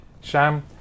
Sham